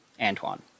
Antoine